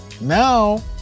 now